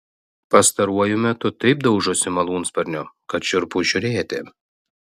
pastaruoju metu taip daužosi malūnsparniu kad šiurpu žiūrėti